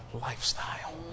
lifestyle